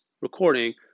recording